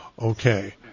Okay